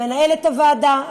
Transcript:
מנהלת הוועדה,